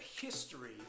history